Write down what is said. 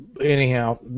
Anyhow